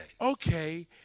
Okay